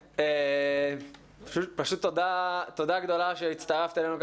פשוט תודה גדולה שהצטרפת אלינו.